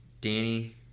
Danny